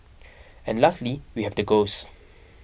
and lastly we have the ghosts